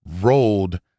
rolled